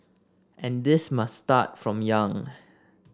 and this must start from young